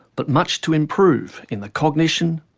but much to improve in the cognition,